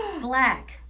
Black